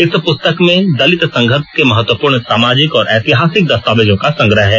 इस पुस्तक में दलित संघर्ष के महत्वपूर्ण सामाजिक और ऐतिहासिक दस्तावेजों का संग्रह हैं